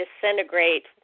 disintegrate